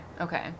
okay